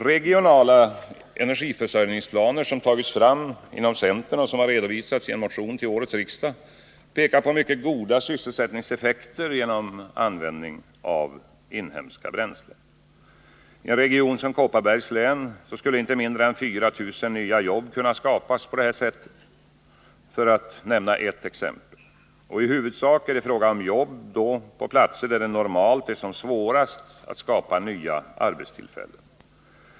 Regionala energiförsörjningsplaner som tagits fram inom centern och redovisats i en motion till årets riksdag pekar på mycket goda sysselsättningseffekter genom användande av inhemska bränslen. I en region som Kopparbergs län skulle inte mindre än 4 000 nya jobb kunna skapas på detta sätt, för att nämna ett exempel. I huvudsak är det fråga om jobb på platser där det normalt är som svårast att skapa nya arbetstillfällen.